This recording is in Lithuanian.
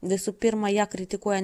visų pirma ją kritikuoja